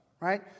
Right